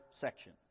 section